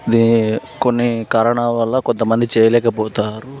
దీనిని కొన్ని కారణాలు వల్ల కొంతమంది చేయలేకపోతారు